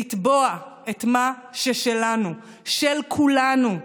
לתבוע את מה ששלנו, של כולנו,